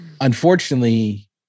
unfortunately